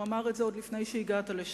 הוא אמר את זה עוד לפני שהגעת לשם,